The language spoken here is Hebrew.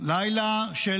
לילה של